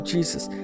Jesus